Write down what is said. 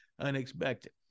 unexpected